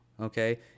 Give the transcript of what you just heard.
okay